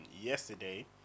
yesterday